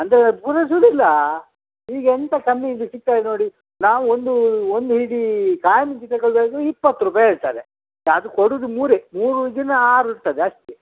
ಅಂದರೆ ಪೂರೈಸುವುದಿಲ್ಲ ಈಗ ಎಂತ ಕಮ್ಮೀದು ಸಿಗ್ತದೆ ನೋಡಿ ನಾವು ಒಂದು ಒಂದು ಹಿಡಿ ಕಾಯಿ ಮುಂಜಿ ತೆಗೊಳ್ಬೇಕು ಇಪ್ಪತ್ತು ರೂಪಾಯಿ ಹೇಳ್ತಾರೆ ಸ ಅದು ಕೊಡೋದು ಮೂರೇ ಮೂರು ಆರು ಇರ್ತದೆ ಅಷ್ಟೇ